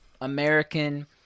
American